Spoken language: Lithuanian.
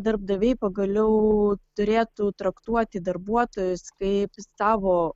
darbdaviai pagaliau turėtų traktuoti darbuotojus kaip savo